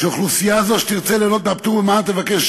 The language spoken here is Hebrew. שאוכלוסייה זו, שתרצה ליהנות מהפטור ממע"מ, תבקש